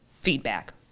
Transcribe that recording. feedback